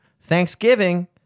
Thanksgiving